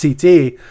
ct